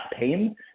pain